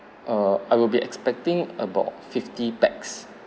err I will be expecting about fifty pax